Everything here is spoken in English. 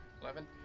Eleven